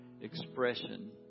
expression